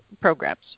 programs